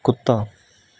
ਕੁੱਤਾ